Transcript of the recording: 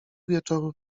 wieczoru